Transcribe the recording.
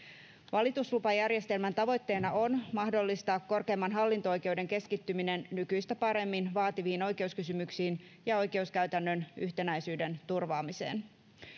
valituslupajärjestelmän tavoitteena on mahdollistaa korkeimman hallinto oikeuden keskittyminen nykyistä paremmin vaativiin oikeuskysymyksiin ja oikeuskäytännön yhtenäisyyden turvaamiseen